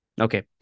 Okay